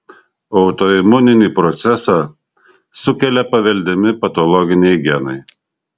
autoimuninį procesą sukelia paveldimi patologiniai genai